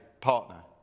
partner